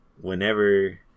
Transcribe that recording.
whenever